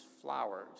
flowers